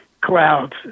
clouds